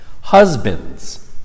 Husbands